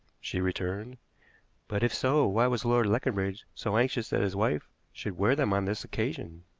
she returned but, if so, why was lord leconbridge so anxious that his wife should wear them on this occasion?